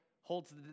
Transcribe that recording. holds